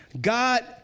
God